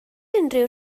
unrhyw